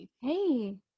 hey